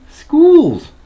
schools